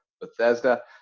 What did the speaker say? Bethesda